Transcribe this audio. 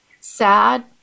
sad